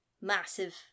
massive